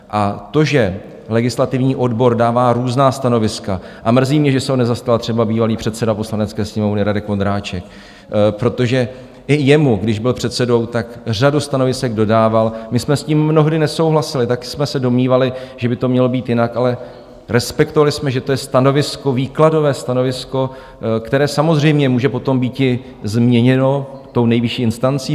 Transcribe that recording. A to, že legislativní odbor dává různá stanoviska a mrzí mě, že se ho nezastal třeba bývalý předseda Poslanecké sněmovny Radek Vondráček, protože i jemu, když byl předsedou, řadu stanovisek dodával my jsme s tím mnohdy nesouhlasili, tak jsme se domnívali, že by to mělo být jinak, ale respektovali jsme, že to je stanovisko, výkladové stanovisko, které samozřejmě může potom býti změněno nejvyšší instancí.